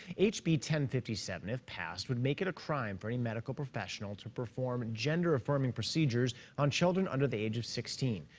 hb ten fifty seven, if passed, would make it a crime for any medical professional to perform gender-affirming procedures on children under the age of sixteen.